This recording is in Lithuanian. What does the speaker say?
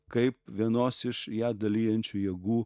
kaip vienos iš ją dalijančių jėgų